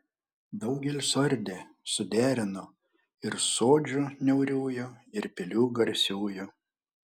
daugel suardė suderino ir sodžių niauriųjų ir pilių garsiųjų